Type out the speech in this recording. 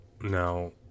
Now